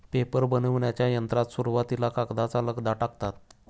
paper बनविण्याच्या यंत्रात सुरुवातीला कागदाचा लगदा टाकतात